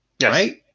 Right